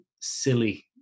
silly